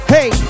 Hey